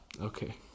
Okay